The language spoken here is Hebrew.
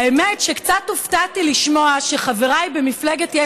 האמת היא שקצת הופתעתי לשמוע שחבריי במפלגת יש